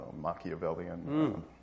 Machiavellian